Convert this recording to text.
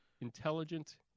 intelligent